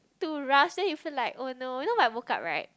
too rushed then you feel like oh no then when I woke up right